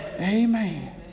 Amen